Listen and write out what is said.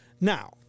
Now